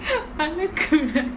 பண்ணகூடாது:pannakoodaathu